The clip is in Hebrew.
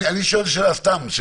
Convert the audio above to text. אני שואל שאלה סתם: